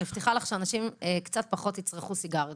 אני מבטיחה לך שאנשים יצרכו פחות סיגריות.